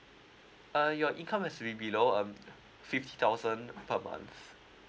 uh your income has been below um fifty thousand per month